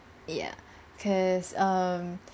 ya cause um